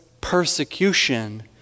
persecution